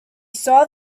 saw